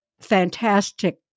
fantastic